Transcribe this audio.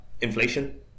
Inflation